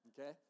Okay